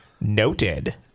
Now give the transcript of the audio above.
noted